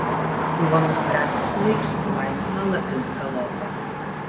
buvo nuspręsta sulaikyti laimoną lapinską lopą